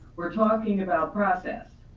we're talking about process